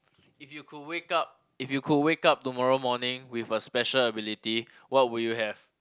if you could wake up if you could wake up tomorrow morning with a special ability what would you have